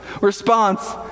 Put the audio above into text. response